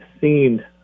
seen